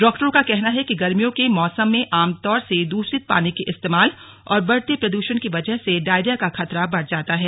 डॉक्टरों का कहना है कि गर्मियों के मौसम में आमतौर से दूषित पानी के इस्तेमाल और बढ़ते प्रदूषण की वजह से डायरिया का खतरा बढ़ जाता है